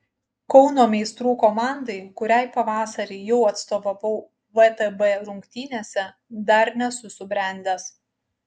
kauno meistrų komandai kuriai pavasarį jau atstovavau vtb rungtynėse dar nesu subrendęs